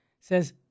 says